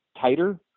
tighter